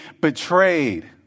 betrayed